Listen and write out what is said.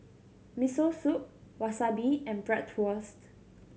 Miso Soup Wasabi and Bratwurst